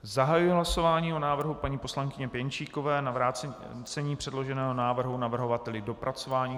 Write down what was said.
Zahajuji hlasování o návrhu paní poslankyně Pěnčíkové na vrácení předloženého návrhu navrhovateli k dopracování.